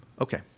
Okay